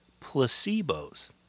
Placebos